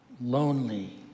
lonely